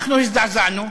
אנחנו הזדעזענו,